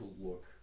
look